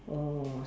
oh